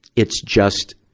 it's just,